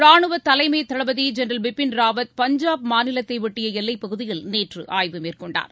ராணுவ தலைமை தளபதி ஜெனரல் பிபின் ராவத் பஞ்சாப் மாநிலத்தையொட்டிய எல்லைப் பகுதியில் நேற்று ஆய்வு மேற்கொண்டார்